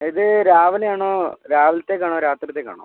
ഇത് രാവിലെയാണോ രാവിലത്തേക്കാണോ രാത്രിയത്തേക്കാണോ